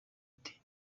ati